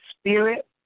Spirit